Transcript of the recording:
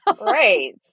right